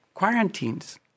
Quarantines